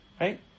right